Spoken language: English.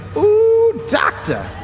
oh, doctor!